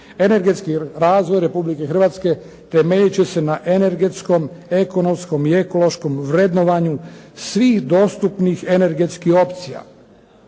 Energetski razvoj Republike Hrvatske temeljit će se na energetskom, ekonomskom i ekološkom vrednovanju svih dostupnih energetskih opcija.